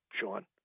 Sean